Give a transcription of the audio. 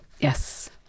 Yes